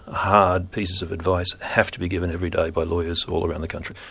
hard, pieces of advice have to be given every day by lawyers all around the country.